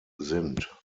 sind